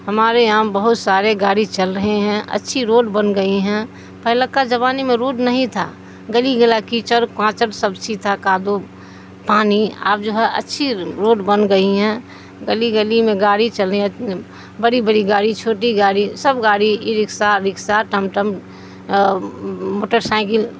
ہمارے یہاں بہت سارے گاڑی چل رہے ہیں اچھی روڈ بن گئی ہیں پہلے کے زمانے میں روڈ نہیں تھا گلی گلا کیچڑ کاچڑ سب چھی تھا کادو پانی آپ جو ہے اچھی روڈ بن گئی ہیں گلی گلی میں گاڑی چل رہی ہیں بڑی بڑی گاڑی چھوٹی گاڑی سب گاڑی ای رکشہ رکشہ ٹم ٹم موٹر سائیکل